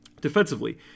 defensively